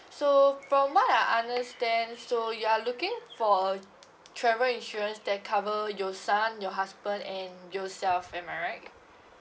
so from what I understand so you're looking for a travel insurance that cover your son your husband and yourself am I right